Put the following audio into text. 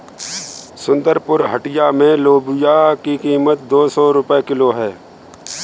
सुंदरपुर हटिया में लोबिया की कीमत दो सौ रुपए किलो है